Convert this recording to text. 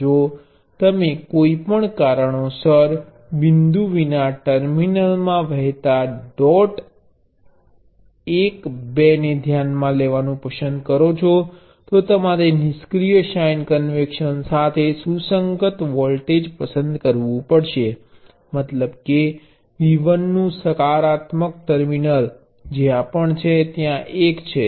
જો તમે કોઈપણ કારણોસર બિંદુ વિના ટર્મિનલમાં વહેતા ડોટ 1 2 ને ધ્યાનમાં લેવાનું પસંદ કરો છો તો તમારે નિષ્ક્રીય સાઇન કન્વેશન સાથે સુસંગત વોલ્ટેજ પસંદ કરવું પડશે મતલબ કે V1 નું સકારાત્મક ટર્મિનલ જ્યાં પણ છે ત્યાં 1 છે